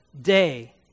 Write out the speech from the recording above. day